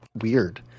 weird